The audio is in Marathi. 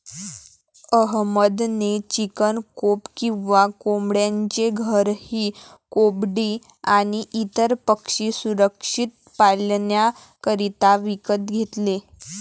अहमद ने चिकन कोप किंवा कोंबड्यांचे घर ही कोंबडी आणी इतर पक्षी सुरक्षित पाल्ण्याकरिता विकत घेतले